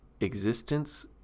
existence